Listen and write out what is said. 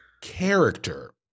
character